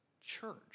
church